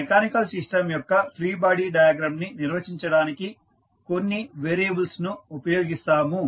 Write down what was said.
mechanical system యొక్క free body diagram ని నిర్వచించడానికి కొన్ని వేరియబుల్స్ ను ఉపయోగిస్తాము